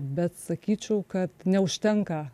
bet sakyčiau kad neužtenka